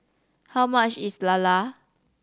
how much is lala